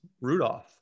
Rudolph